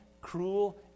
cruel